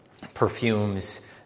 perfumes